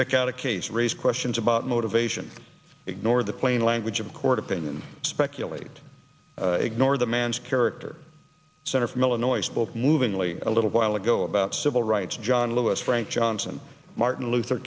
pick out a case raise questions about motivation ignore the plain language of court opinion speculate ignore the man's character center from illinois spoke movingly a little while ago about civil rights john lewis frank johnson martin luther